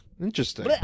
Interesting